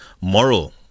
moral